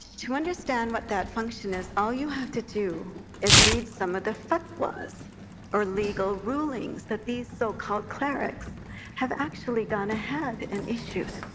to understand what that function is, all you have to do is read some of the fatwas or legal rulings that these so-called clerics have actually gone ahead and issued.